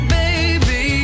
baby